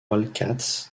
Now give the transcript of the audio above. wildcats